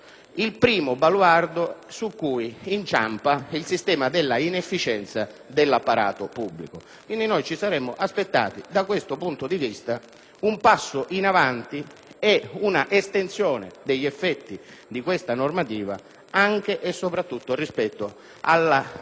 il primo baluardo su cui inciampa il sistema della inefficienza dell'apparato pubblico. Ci saremmo aspettati, da questo punto di vista, un passo in avanti e una estensione degli effetti di questa normativa anche e soprattutto rispetto